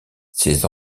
ces